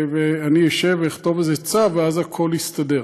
שאני אשב ואכתוב איזה צו ואז הכול יסתדר.